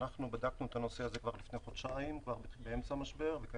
בדקנו את הנושא הזה כבר לפני חודשיים וכעת שוב.